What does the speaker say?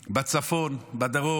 בצפון, בדרום,